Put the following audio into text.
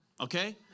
okay